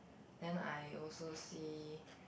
then I also see